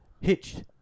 Hitched